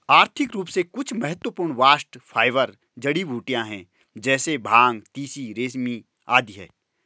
आर्थिक रूप से कुछ महत्वपूर्ण बास्ट फाइबर जड़ीबूटियां है जैसे भांग, तिसी, रेमी आदि है